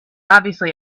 obviously